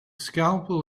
scalpel